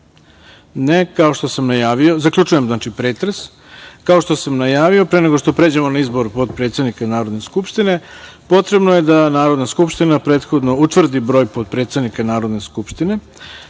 96. Poslovnika? (Ne.)Zaključujem pretres. Kao što sam najavio, pre nego što pređemo na izbor potpredsednika Narodne skupštine, potrebno je da Narodna skupština prethodno utvrdi broj potpredsednika Narodne skupštine. Stavljam